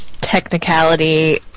technicality